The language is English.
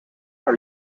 are